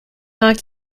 not